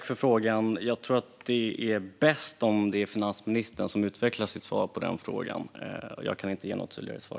Fru talman! Jag tror att det är bäst om finansministern utvecklar sitt svar på den frågan. Jag kan inte ge något tydligare svar.